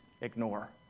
ignore